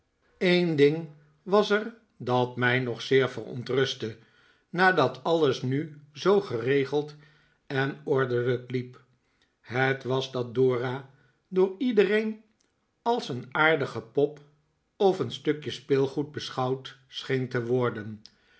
een ding was er dat mij nog zeer verontrustte nadat alles nu zoo geregeld en ordelijk liep het was dat dora door iedereen als een aardige pop of een stukje speelgoed beschouwd scheen te worden